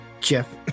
Jeff